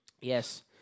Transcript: Yes